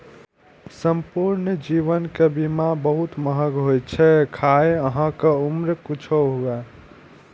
संपूर्ण जीवन के बीमा बहुत महग होइ छै, खाहे अहांक उम्र किछुओ हुअय